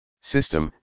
System